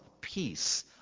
peace